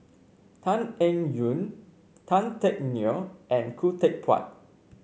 Tan Eng Yoon Tan Teck Neo and Khoo Teck Puat